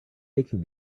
making